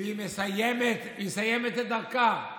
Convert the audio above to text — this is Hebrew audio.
והיא מסיימת את דרכה.